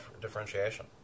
differentiation